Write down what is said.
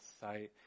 sight